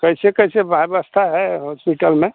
कैसी कैसी व्यवस्था है हॉस्पिटल में